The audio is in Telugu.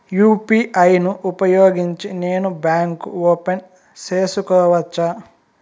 యు.పి.ఐ ను ఉపయోగించి నేను బ్యాంకు ఓపెన్ సేసుకోవచ్చా?